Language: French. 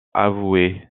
avouer